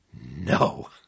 No